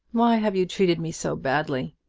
why have you treated me so badly?